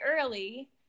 early